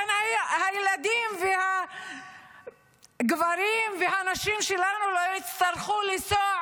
והילדים והגברים והנשים שלנו לא יצטרכו לנסוע